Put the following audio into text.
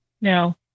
no